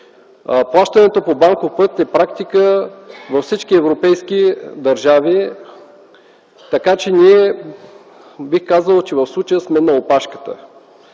Плащането по банков път е практика във всички европейски държави, така че ние, бих казал, че в случая сме на опашката.